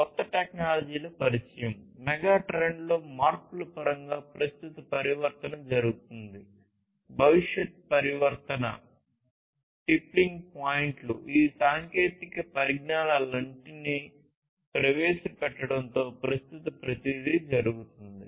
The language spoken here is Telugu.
కొత్త టెక్నాలజీల పరిచయం మెగాట్రెండ్స్లో మార్పుల పరంగా ప్రస్తుత పరివర్తన జరుగుతోంది భవిష్యత్ పరివర్తన టిప్లింగ్ పాయింట్లు ఈ సాంకేతిక పరిజ్ఞానాలన్నింటినీ ప్రవేశపెట్టడంతోప్రస్తుతం ప్రతిదీ జరుగుతోంది